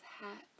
hats